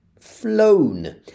flown